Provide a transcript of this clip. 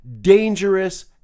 dangerous